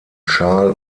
schal